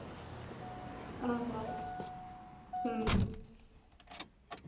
ᱚᱸᱻ ᱦᱚᱸ ᱦᱮᱸ